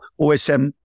OSM